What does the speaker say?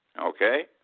okay